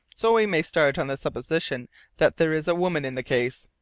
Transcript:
so we may start on the supposition that there is a woman in the case.